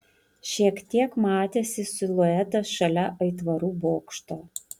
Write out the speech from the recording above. šiek tiek matėsi siluetas šalia aitvarų bokšto